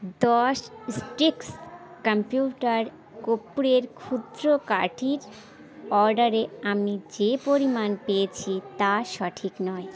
দশ sticks computer কর্পূরের ক্ষুদ্র কাঠির অর্ডারে আমি যে পরিমাণ পেয়েছি তা সঠিক নয়